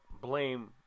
blame